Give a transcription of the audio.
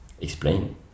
explain